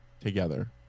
together